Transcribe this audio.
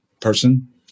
person